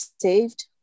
saved